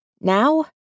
Now